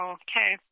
okay